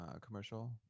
commercial